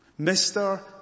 Mr